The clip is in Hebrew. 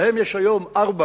להם יש היום ארבע